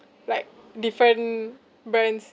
like different brands